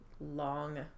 long